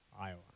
Iowa